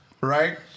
Right